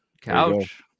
Couch